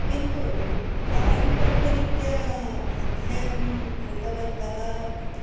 किन्तु पारम्परिकरीत्या अध्ययनं कृतवन्तः